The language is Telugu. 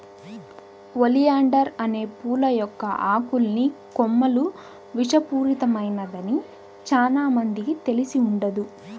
ఒలియాండర్ అనే పూల మొక్క ఆకులు, కొమ్మలు విషపూరితమైనదని చానా మందికి తెలిసి ఉండదు